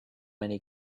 many